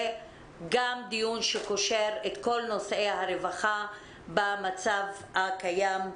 גם דיון שקושר את כל נושאי הרווחה במצב הקיים.